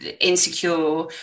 insecure